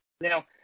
Now